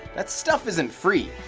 that stuff isn't free.